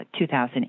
2000